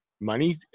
money